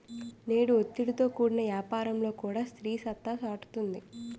నేడు ఒత్తిడితో కూడిన యాపారంలో కూడా స్త్రీ సత్తా సాటుతుంది